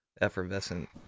effervescent